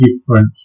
different